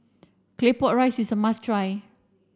claypot rice is a must try